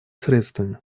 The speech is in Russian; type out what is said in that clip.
средствами